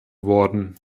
worden